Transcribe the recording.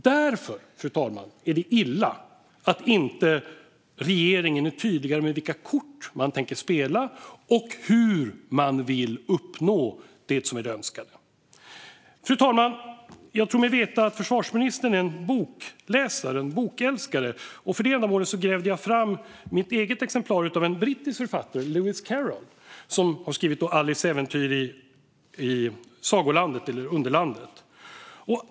Därför, fru talman, är det illa att regeringen inte är tydligare med vilka kort man tänker spela och hur man vill uppnå det som är det önskade. Fru talman! Jag tror mig veta att försvarsministern är en bokläsare och bokälskare. Därför grävde jag fram mitt eget exemplar av den brittiska författaren Lewis Carrolls bok om Alices äventyr i Underlandet.